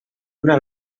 una